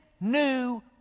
new